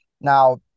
Now